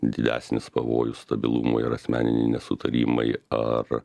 didesnis pavojus stabilumui ar asmeniniai nesutarimai ar